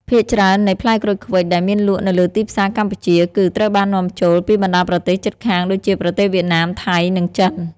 ភាគច្រើននៃផ្លែក្រូចឃ្វិចដែលមានលក់នៅលើទីផ្សារកម្ពុជា គឺ ត្រូវបាននាំចូល ពីបណ្តាប្រទេសជិតខាងដូចជាប្រទេសវៀតណាម ថៃ និងចិន។